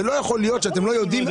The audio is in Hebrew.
זה לא יכול להיות שאתם לא יודעים.